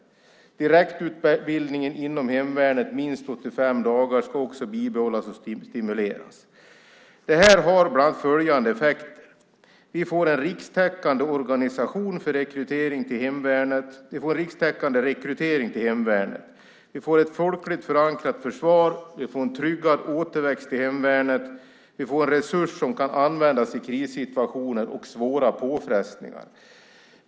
Vidare ska direktutbildningen inom hemvärnet, minst 85 dagar, bibehållas och stimuleras. Det får bland annat följande effekt: Vi får en rikstäckande organisation för rekrytering till hemvärnet. Vi får rikstäckande rekrytering till hemvärnet. Vi får ett folkligt förankrat försvar. Vi får en tryggad återväxt till hemvärnet. Vi får en resurs som kan användas i krissituationer och svåra påfrestningar.